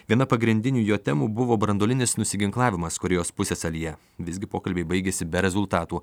viena pagrindinių jo temų buvo branduolinis nusiginklavimas korėjos pusiasalyje visgi pokalbiai baigėsi be rezultatų